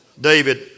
David